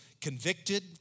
convicted